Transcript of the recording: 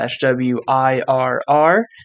W-I-R-R